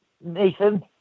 Nathan